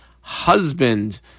husband